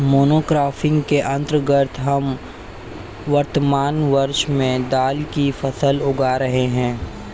monocropping के अंतर्गत हम वर्तमान वर्ष में दाल की फसल उगा रहे हैं